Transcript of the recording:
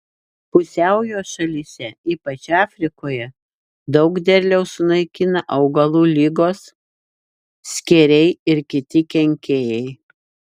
pusiaujo šalyse ypač afrikoje daug derliaus sunaikina augalų ligos skėriai ir kiti kenkėjai